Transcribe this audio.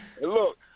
look